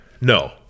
No